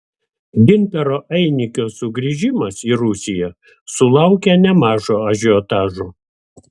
gintaro einikio sugrįžimas į rusiją sulaukė nemažo ažiotažo